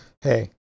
Hey